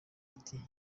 ati